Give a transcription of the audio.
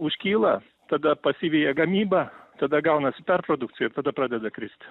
užkyla tada pasivija gamyba tada gaunasi perprodukcija ir tada pradeda kristi